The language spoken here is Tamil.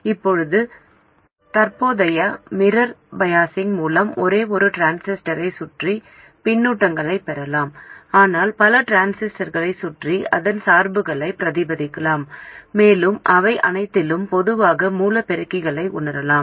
இப்போது தற்போதைய மிரர் பயாசிங் மூலம் ஒரே ஒரு டிரான்சிஸ்டரைச் சுற்றி பின்னூட்டங்களைப் பெறலாம் ஆனால் பல டிரான்சிஸ்டர்களைச் சுற்றி அதன் சார்புகளைப் பிரதிபலிக்கலாம் மேலும் அவை அனைத்திலும் பொதுவான மூல பெருக்கிகளை உணரலாம்